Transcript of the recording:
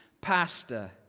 pastor